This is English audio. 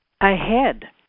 ahead